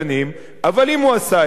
אבל אם הוא עשה את זה, ואם הוא מתעקש,